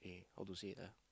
eh how to say it ah